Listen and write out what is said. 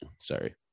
Sorry